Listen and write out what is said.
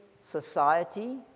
society